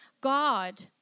God